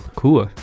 cool